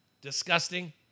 Disgusting